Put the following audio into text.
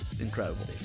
incredible